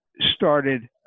started